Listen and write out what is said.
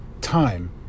Time